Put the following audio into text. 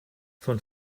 von